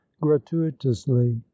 gratuitously